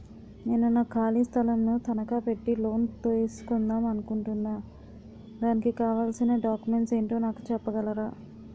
నేను నా ఖాళీ స్థలం ను తనకా పెట్టి లోన్ తీసుకుందాం అనుకుంటున్నా దానికి కావాల్సిన డాక్యుమెంట్స్ ఏంటో నాకు చెప్పగలరా?